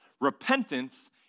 repentance